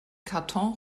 karton